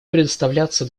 предоставляться